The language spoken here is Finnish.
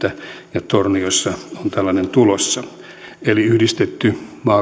ja torniossa on tällainen tulossa